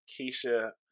Keisha